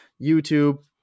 youtube